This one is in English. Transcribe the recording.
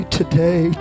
today